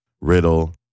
Riddle